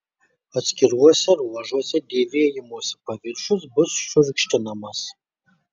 atskiruose ruožuose dėvėjimosi paviršius bus šiurkštinamas